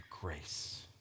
grace